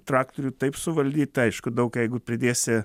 traktorių taip suvaldyt aišku daug jeigu pridėsi